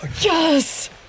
Yes